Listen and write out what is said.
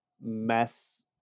mess